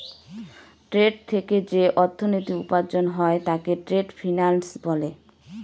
trade থেকে যে অর্থনীতি উপার্জন হয় তাকে ট্রেড ফিন্যান্স বলে